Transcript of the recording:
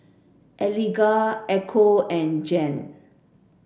Eligah Echo and Jan